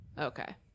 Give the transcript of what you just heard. okay